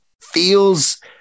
feels